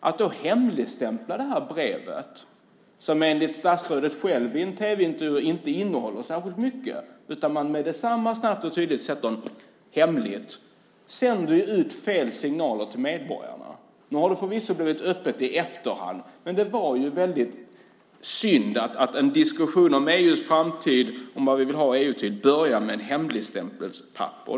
Man hemligstämplar då det här brevet som, enligt statsrådet själv i en tv-intervju, inte innehåller särskilt mycket. Man sätter snabbt och tydligt en hemligstämpel på det. Det sänder ut fel signaler till medborgarna. Nu har det förvisso blivit öppet i efterhand, men det var väldigt synd att en diskussion om EU:s framtid och vad vi vill ha EU till börjar med en hemligstämpel.